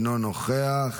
אינו נוכח,